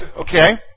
Okay